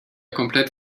komplett